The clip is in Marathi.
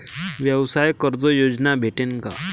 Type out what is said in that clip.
व्यवसाय कर्ज योजना भेटेन का?